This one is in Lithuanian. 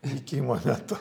vykimo metu